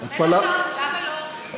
למה לא?